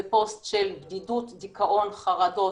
זה פוסט של בדידות, דיכאון, חרדות,